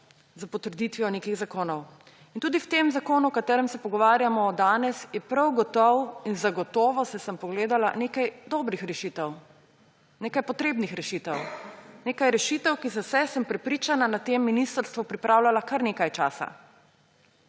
s potrditvijo nekih zakonov. Tudi v tem zakonu, o katerem se pogovarjamo danes, je zagotovo, saj sem pogledala, nekaj dobrih rešitev, nekaj potrebnih rešitev, nekaj rešitev, ki so se, sem prepričana, na tem ministrstvu pripravljale kar nekaj časa.